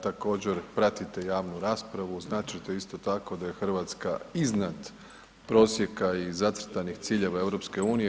Također pratite javnu raspravu, znat ćete isto tako da je Hrvatska iznad prosjeka i zacrtanih ciljeva EU.